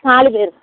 நாலு பேர்